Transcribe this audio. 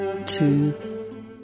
two